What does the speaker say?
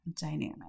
dynamic